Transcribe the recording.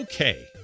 okay